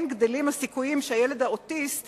כן גדלים הסיכויים שהילד האוטיסט